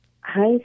Hi